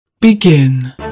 Begin